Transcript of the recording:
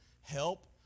help